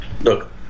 look